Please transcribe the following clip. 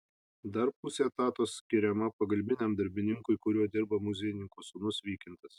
dar pusė etato skiriama pagalbiniam darbininkui kuriuo dirba muziejininkų sūnus vykintas